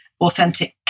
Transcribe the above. authentic